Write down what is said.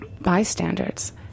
bystanders